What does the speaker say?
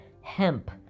hemp